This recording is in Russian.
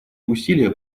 усилия